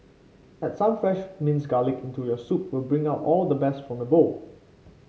add some fresh minced garlic into your soup to bring out all the best from your bowl